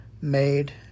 made